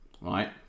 right